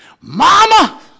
Mama